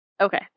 Okay